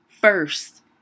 First